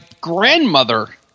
grandmother